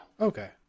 okay